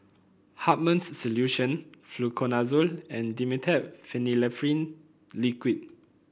Hartman's Solution Fluconazole and Dimetapp Phenylephrine Liquid